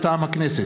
מטעם הכנסת: